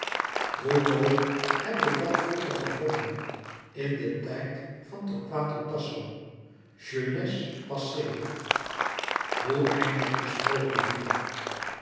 hoe mooi heb ik dat vroeger gevonden in den tijd van torquato tasso jeunesse passée louis couperus metamorfoze hoe eindigt je sprookje hugo